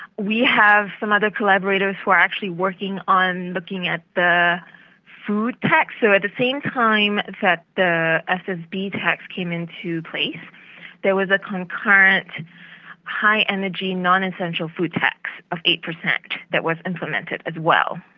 we have some other collaborators who are actually working on looking at the food tax. so at the same time that the ssb tax came into place there was a concurrent high-energy non-essential food tax of eight percent that was implemented as well.